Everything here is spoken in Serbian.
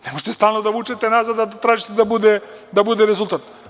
Ne možete stalno da vučete nazad, a da tražite da bude rezultat.